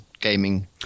gaming